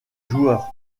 joueur